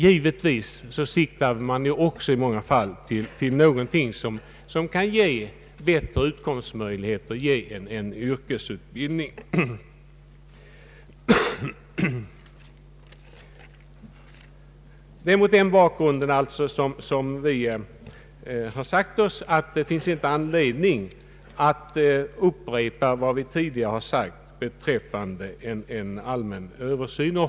Givetvis siktar många vuxenstuderande även till bättre utkomstmöjligheter på arbetsmarknaden, en yrkesutbildning. Det är mot den bakgrunden som vi har ansett att det inte finns anledning att upprepa vad vi tidigare sagt beträffande en allmän översyn.